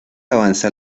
avanza